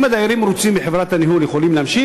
אם הדיירים רוצים את חברת הניהול הם יכולים להמשיך,